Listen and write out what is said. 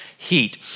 heat